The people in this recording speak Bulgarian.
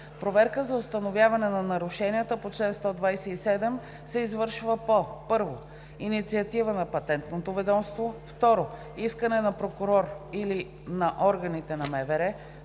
Проверка за установяване на нарушенията по чл. 127 се извършва по: 1. инициатива на Патентното ведомство; 2. искане на прокурор или на органите на МВР;